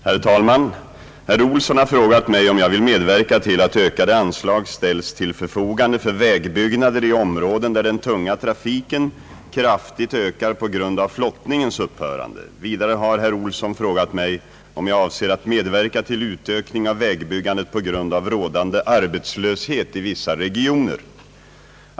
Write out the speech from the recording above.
Herr talman! Herr Johan Olsson har frågat mig om jag vill medverka till att ökade anslag ställes till förfogande för vägbyggnader i områden där den tunga trafiken kraftigt ökar på grund av flottningens upphörande, Vidare har herr Olsson frågat mig om jag avser att medverka till utökning av vägbyggandet på grund av rådande arbetslöshet i vissa regioner.